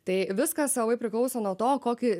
tai viskas labai priklauso nuo to kokį